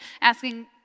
asking